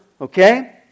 Okay